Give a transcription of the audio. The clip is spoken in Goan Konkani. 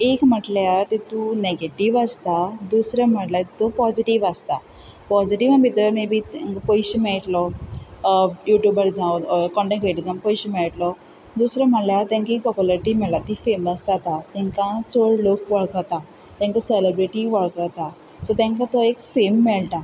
एक म्हटल्यार तितूंत नेगेटिव्ह आसता दुसरें म्हटल्यर तितून पोझिटिव्ह आसता पोझिटिव्हा भितर मे बी पयशे मेळटलो युट्यूबर जावन कॉन्टॅंट क्रिएटर जावन पयशे मेळटलो दुसरें म्हटल्यार तेंकां एक पोप्युलेरिटी मेळटा तीं फॅमस जातात तेंकां चड लोक वळखता तेंकां सेलेब्रिटी वळखता सो तेंकां तो एक फॅम मेळटा